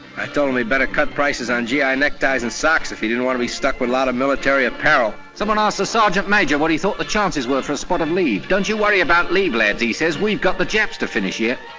i told him he'd better cut prices on g i. neck ties and socks if he didn't want to be stuck with a lot of military apparel. someone asked a sergeant major what he thought the chances were for a spot of leave. don't you worry about leave, lads, he says, we've got the japs to finish here.